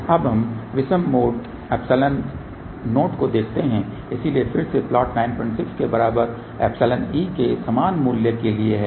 अब हम विषम मोड ε0 को देखते हैं इसलिए फिर से प्लॉट 96 के बराबर εr के समान मूल्य के लिए है